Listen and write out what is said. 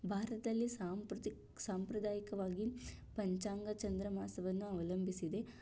ಭಾರತದಲ್ಲಿ ಸಾಂಪ್ರತಿಕ್ ಸಾಂಪ್ರದಾಯಿಕವಾಗಿ ಪಂಚಾಂಗ ಚಂದ್ರ ಮಾಸವನ್ನು ಅವಲಂಬಿಸಿದೆ